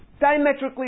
diametrically